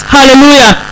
Hallelujah